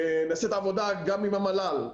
נעשית עבודה גם עם המל"ל,